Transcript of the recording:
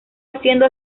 haciendo